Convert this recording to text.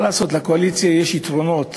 מה לעשות, לקואליציה יש יתרונות